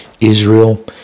Israel